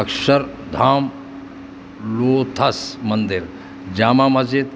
Akshardham lotus مندر جامع مسجد